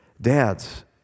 Dads